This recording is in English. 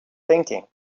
thinking